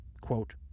quote